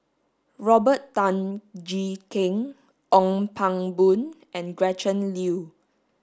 Robert Tan Jee Keng Ong Pang Boon and Gretchen Liu